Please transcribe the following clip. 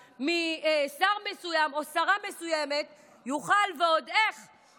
משר מסוים או שרה מסוימת, יוכל ועוד איך לבוא